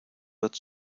wird